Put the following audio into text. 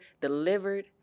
delivered